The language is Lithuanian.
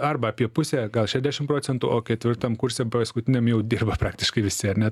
arba apie pusę gal šešdešim procentų o ketvirtam kurse paskutiniam jau dirba praktiškai visi ar ne